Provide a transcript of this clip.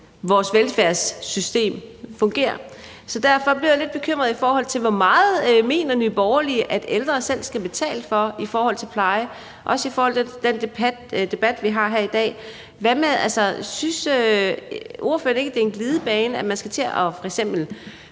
vores velfærdssystem fungerer. Så derfor bliver jeg lidt bekymret: Hvor meget mener Nye Borgerlige at ældre selv skal betale for i forhold til pleje? Og i forhold til den debat, vi har her i dag: Synes ordføreren ikke, det er en glidebane, at man f.eks.